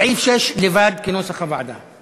סעיף 6 לבד, כנוסח הוועדה.